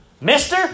mister